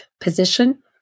position